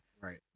Right